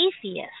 atheist